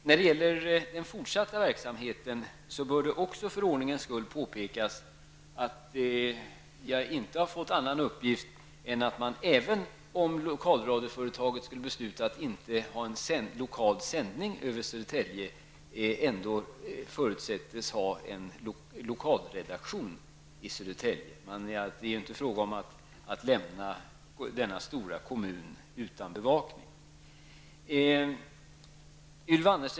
När det gäller den fortsatta verksamheten bör det också för ordningens skull påpekas att jag inte har fått annan uppgift än att man, även om lokalradioföretaget skulle besluta att inte ha en lokal sändning över Södertälje, förutsätts ha en lokalredaktion i Södertälje. Det är inte fråga om att lämna denna stora kommun utan bevakning.